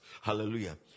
Hallelujah